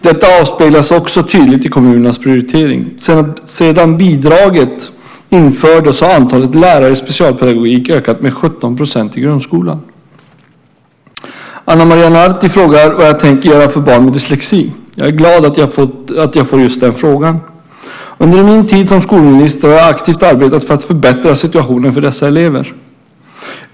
Detta avspeglas också tydligt i kommunernas prioritering. Sedan bidraget infördes har antalet lärare i specialpedagogik ökat med 17 % i grundskolan. Ana Maria Narti frågar vad jag tänker göra för barn med dyslexi. Jag är glad att jag får just den frågan. Under min tid som skolminister har jag aktivt arbetat för att förbättra situationen för dessa elever.